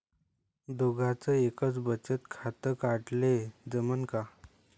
दोघाच एकच बचत खातं काढाले जमनं का?